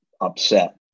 upset